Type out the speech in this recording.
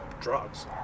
drugs